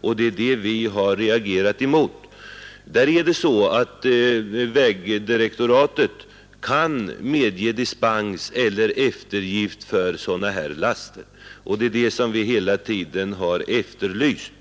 Och det är detta vi har reagerat mot. I Norge är det så att vägdirektoratet kan medge dispens eller eftergift för sådana här laster, något som vi hela tiden efterlyst.